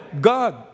God